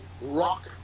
rock